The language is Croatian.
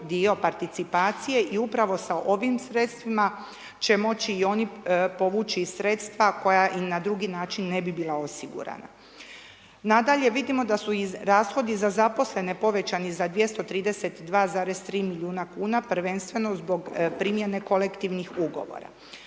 dio participacije i upravo sa ovim sredstvima će moći i oni povući sredstva koja i na drugi način ne bi bila osigurana. Nadalje, vidimo da su i rashodi za zaposlene povećani za 232,3 milijuna kuna, prvenstveno zbog primjene kolektivnih ugovora.